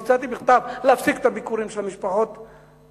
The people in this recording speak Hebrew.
הצעתי בכתב להפסיק את הביקורים של משפחות ה"חמאס"